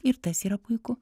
ir tas yra puiku